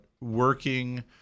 working